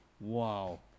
wow